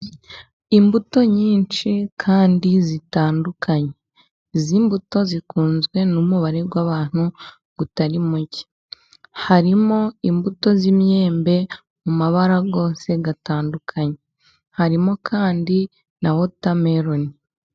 Imbuto nyinshi kandi zitandukanye, izimbuto zikunzwe n'umubare w'abantu utarimuke, harimo imbuto z'imyembe, mu mabara yose atandukanye, harimo kandi na wotameloni.